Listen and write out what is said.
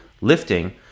lifting